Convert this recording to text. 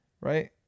right